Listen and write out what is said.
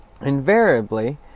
Invariably